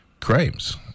crimes